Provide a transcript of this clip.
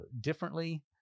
differently